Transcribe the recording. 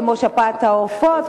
כמו שפעת העופות,